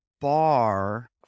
bar